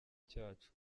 cyacu